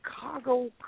Chicago